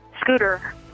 Scooter